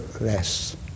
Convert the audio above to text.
less